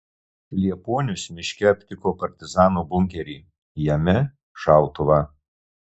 liepuonius miške aptiko partizanų bunkerį jame šautuvą